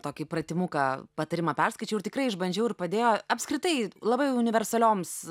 tokį pratimuką patarimą perskaičiau ir tikrai išbandžiau ir padėjo apskritai labai universalioms